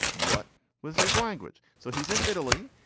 what was his language? so he's in italy.